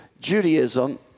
Judaism